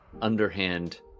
underhand